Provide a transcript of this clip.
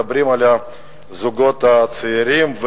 מדברים על הזוגות הצעירים,